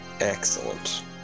Excellent